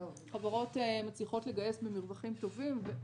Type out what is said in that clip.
חברות מצליחות לגייס במרווחים טובים.